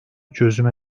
çözüme